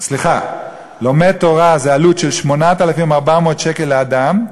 סליחה, העלות של לומד תורה היא 8,400 שקל לאדם,